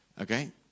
Okay